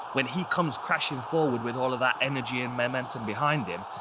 when he comes crashing forward with all of that energy and momentum behind him,